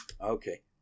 Okay